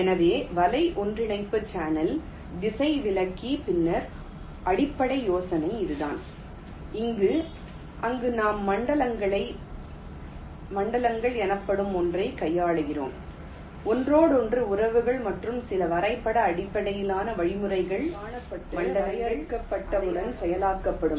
எனவே வலை ஒன்றிணைப்பு சேனல் திசைவிக்கு பின்னால் உள்ள அடிப்படை யோசனை இதுதான் அங்கு நாம் மண்டலங்கள் எனப்படும் ஒன்றைக் கையாளுகிறோம் ஒன்றோடொன்று உறவுகள் மற்றும் சில வரைபட அடிப்படையிலான வழிமுறைகள் மண்டலங்கள் அடையாளம் காணப்பட்டு வரையறுக்கப்பட்டவுடன் செயலாக்கப்படும்